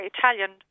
Italian